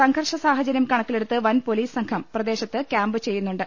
സംഘർഷ സാഹ ചര്യം കണക്കിലെടുത്ത് വൻ പൊലീസ് സംഘം പ്രദേശത്ത് കൃാമ്പ് ചെയ്യുന്നുണ്ട്